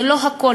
זה לא הכול,